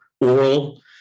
oral